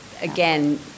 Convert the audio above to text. again